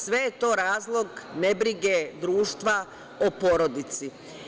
Sve je to razlog nebrige društva o porodici.